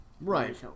Right